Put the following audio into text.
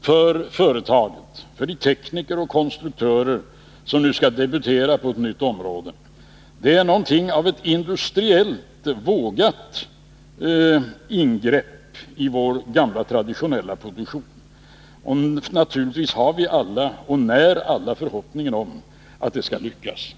för företagen, för de tekniker och konstruktörer som nu skall debutera på ett nytt område. Det är någonting av ett industriellt vågat ingrepp i vår gamla traditionella produktion, och naturligtvis när vi alla förhoppningen att de skall lyckas.